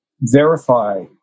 verify